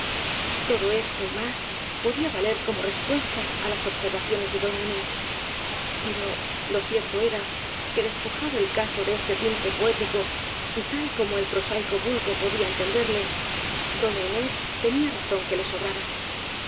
todo esto y más podía valer como respuesta á las observaciones de doña inés pero lo cierto era que despojado el caso de este tinte poético y tal como el prosaico vulgo podía entenderle doña inés te nía razón que le sobraba